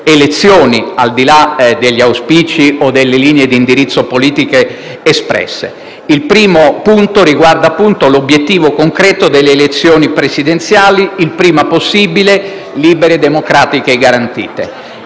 elezioni, al di là degli auspici o delle linee di indirizzo politiche espresse. Il primo punto riguarda l'obiettivo concreto delle elezioni presidenziali il prima possibile, libere, democratiche e garantite.